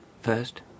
first